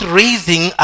raising